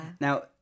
Now